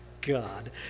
God